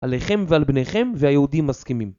עליכם ועל בניכם והיהודים מסכימים.